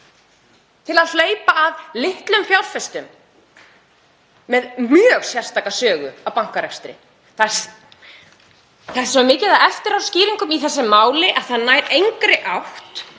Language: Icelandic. til að hleypa að litlum fjárfestum með mjög sérstaka sögu af bankarekstri. Það er svo mikið af eftiráskýringum í þessu máli að það nær engri átt.